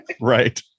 Right